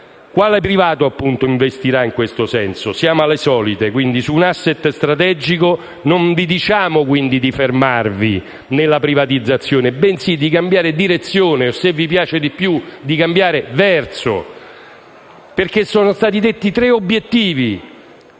Quale privato investirà in questo senso? Siamo alle solite. Su un *asset* strategico non vi diciamo di fermarvi nella privatizzazione, bensì di cambiare direzione o - se vi piace di più - di cambiare verso. Sono stati individuati tre obiettivi